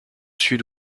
sud